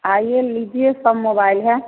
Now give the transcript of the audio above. आइए लीजिए सब मोबाइल हैं